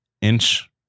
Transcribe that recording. inch